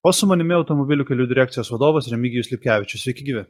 o su manimi automobilių kelių direkcijos vadovas remigijus lipkevičius sveiki gyvi